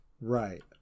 right